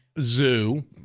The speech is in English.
zoo